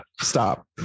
stop